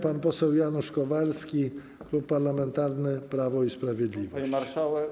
Pan poseł Janusz Kowalski, Klub Parlamentarny Prawo i Sprawiedliwość.